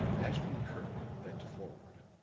ashton-kirk bent forward.